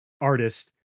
artist